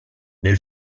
nel